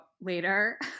later